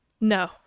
No